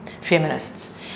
feminists